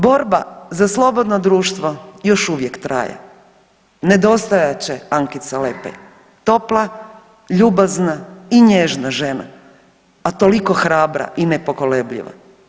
Borba za slobodno društvo još uvijek traje, nedostajat će Ankica Lepaj, topla, ljubazna i nježna žena, a toliko hrabra i nepokolebljiva.